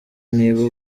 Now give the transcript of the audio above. niba